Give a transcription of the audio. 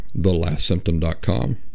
thelastsymptom.com